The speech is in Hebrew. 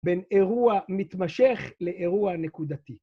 בין אירוע מתמשך לאירוע נקודתי.